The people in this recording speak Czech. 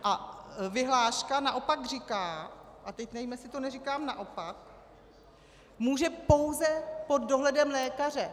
A vyhláška naopak říká, a teď nevím, jestli to neříkám naopak, může pouze pod dohledem lékaře.